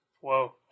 whoa